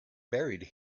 buried